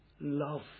love